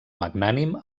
magnànim